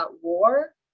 war